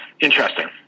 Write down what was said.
interesting